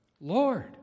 Lord